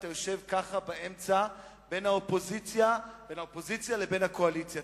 יושב ככה באמצע בין האופוזיציה לבין הקואליציה.